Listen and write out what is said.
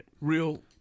Real